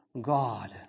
God